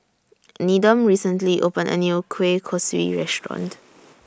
Needham recently opened A New Kueh Kosui Restaurant